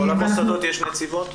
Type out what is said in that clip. בכל המוסדות יש נציבות?